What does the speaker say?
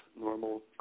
normal